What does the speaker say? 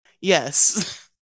Yes